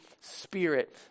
Spirit